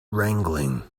wrangling